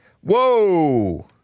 Whoa